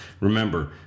remember